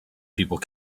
people